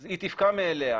היא תפקע מאליה.